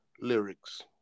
lyrics